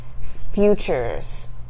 futures